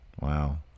Wow